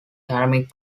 ceramic